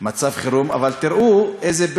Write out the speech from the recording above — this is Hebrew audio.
מצב חירום, אבל תראו איזה פלא: